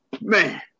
man